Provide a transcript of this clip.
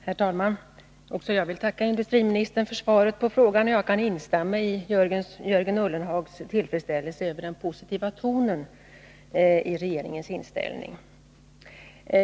Herr talman! Jag vill tacka industriministern för svaret på min fråga. Jag kan instämma i Jörgen Ullenhags tillfredsställelse över den positiva tonen i regeringens inställning.